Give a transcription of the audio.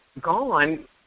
gone